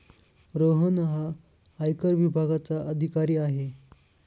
रोहन हा आयकर विभागाचा अधिकारी आहे